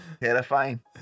terrifying